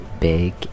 big